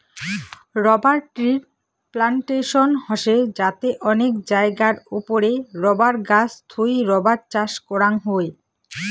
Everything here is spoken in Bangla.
রবার ট্রির প্লানটেশন হসে যাতে অনেক জায়গার ওপরে রাবার গাছ থুই রাবার চাষ করাং হই